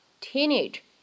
teenage